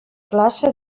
classe